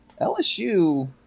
LSU